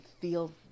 feel